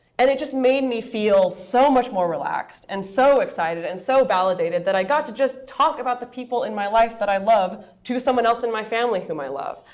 and it just made me feel so much more relaxed, and so excited, and so validated, that i got to just talk about the people in my life that i love to someone else in my family whom i love.